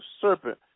serpent